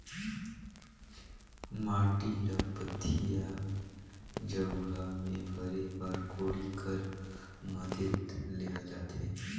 माटी ल पथिया, झउहा मे भरे बर कोड़ी कर मदेत लेहल जाथे